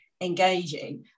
engaging